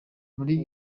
muri